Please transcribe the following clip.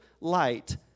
light